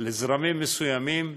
לזרמים מסוימים,